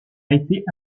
été